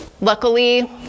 Luckily